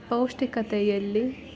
ಪೌಷ್ಟಿಕತೆಯಲ್ಲಿ